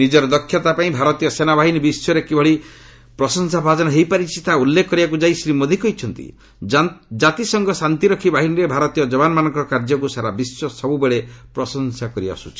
ନିଜର ଦକ୍ଷତାପାଇଁ ଭାରତୀୟ ସେନାବାହିନୀ ବିଶ୍ୱସ୍ତରରେ କଭଳି ପ୍ରଶଂସା ଭାଜନ ହୋଇପାରିଛି ତାହା ଉଲ୍ଲେଖ କରିବାକୁ ଯାଇ ଶ୍ରୀ ମୋଦି କହିଛନ୍ତି କାତିସଂଘ ଶାନ୍ତିରକ୍ଷୀ ବାହିନୀରେ ଭାରତୀୟ ଯବାନମାନଙ୍କର କାର୍ଯ୍ୟକୁ ସାରା ବିଶ୍ୱ ସବୁବେଳେ ପ୍ରଶଂସା କରିଆସିଛି